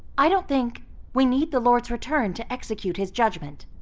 i don't think we need the lord's return to execute his judgment.